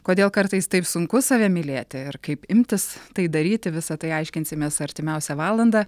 kodėl kartais taip sunku save mylėti ir kaip imtis tai daryti visa tai aiškinsimės artimiausią valandą